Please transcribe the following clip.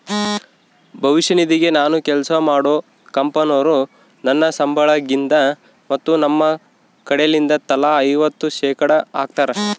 ಭವಿಷ್ಯ ನಿಧಿಗೆ ನಾನು ಕೆಲ್ಸ ಮಾಡೊ ಕಂಪನೊರು ನನ್ನ ಸಂಬಳಗಿಂದ ಮತ್ತು ತಮ್ಮ ಕಡೆಲಿಂದ ತಲಾ ಐವತ್ತು ಶೇಖಡಾ ಹಾಕ್ತಾರ